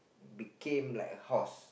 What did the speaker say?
became like a horse